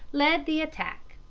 led the attack.